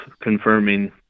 confirming